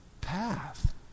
path